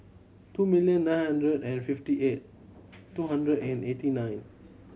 two million nine hundred and fifty eight two hundred and eighty nine